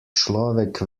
človek